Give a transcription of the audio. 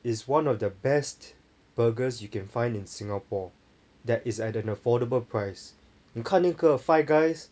is one of the best burgers you can find in singapore that is at an affordable price 你看那个 Five Guys